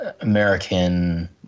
American